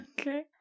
Okay